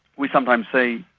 we sometimes say,